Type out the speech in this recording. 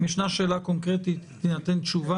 נשאלה שאלה קונקרטית, תינתן תשובה.